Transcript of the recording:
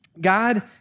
God